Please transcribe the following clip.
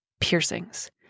piercings